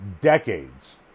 Decades